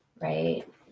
right